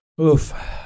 Oof